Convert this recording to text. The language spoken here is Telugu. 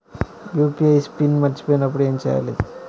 యూ.పీ.ఐ పిన్ మరచిపోయినప్పుడు ఏమి చేయాలి?